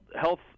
health